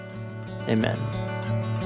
Amen